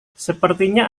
sepertinya